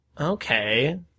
Okay